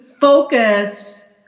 focus